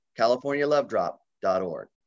californialovedrop.org